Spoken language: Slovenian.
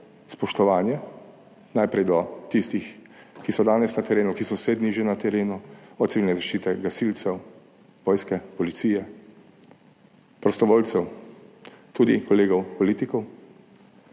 spoštovanje najprej do tistih, ki so danes na terenu, ki so vse dni že na terenu, od Civilne zaščite, gasilcev, vojske, policije, prostovoljcev, tudi kolegov politikov,